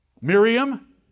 Miriam